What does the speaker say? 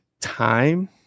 time